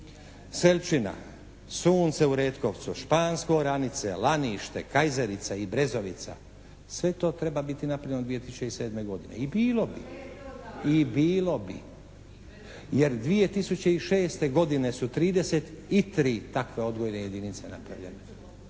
Selčina, Sunce u Retkovcu, Špansko, Oranice, Lanište, Kajzerica i Brezovica sve to treba biti napravljeno 2007. godine. I bilo bi. Jer 2006. godine su 33 takve odgojne jedinice napravljene.